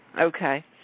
Okay